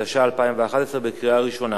4) (אכיפה אזרחית), התשע"א 2011, בקריאה ראשונה.